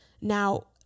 Now